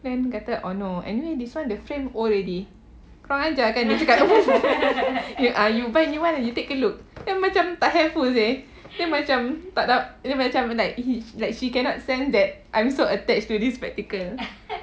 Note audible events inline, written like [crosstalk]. then kata oh no anyway this [one] the frame old already kurang ajar kan dia cakap [laughs] ah you buy new one and you take a look then macam tak helpful seh then macam tak da~ then macam like he like she cannot sense that I'm so attached to this spectacle